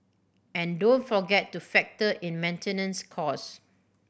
and don't forget to factor in maintenance costs